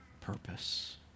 purpose